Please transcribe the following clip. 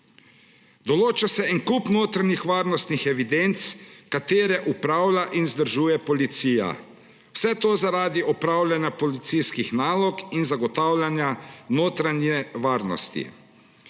Določa se kup notranjih varnostnih evidenc, ki jih upravlja in vzdržuje policija. Vse to zaradi opravljanja policijskih nalog in zagotavljanja notranje varnosti.